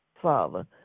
Father